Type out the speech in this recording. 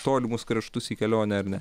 tolimus kraštus į kelionę ar ne